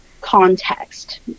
context